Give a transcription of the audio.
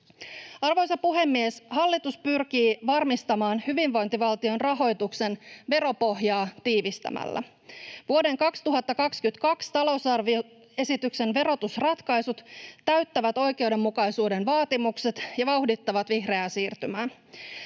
Arvoisa puhemies! Hallitus pyrkii varmistamaan hyvinvointivaltion rahoituksen veropohjaa tiivistämällä. Vuoden 2022 talousarvioesityksen verotusratkaisut täyttävät oikeudenmukaisuuden vaatimukset ja vauhdittavat vihreää siirtymää.